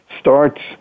starts